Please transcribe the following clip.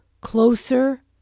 closer